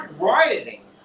rioting